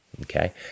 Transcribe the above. okay